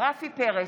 רפי פרץ,